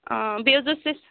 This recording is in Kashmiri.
بیٚیہِ حظ اوس اَسہِ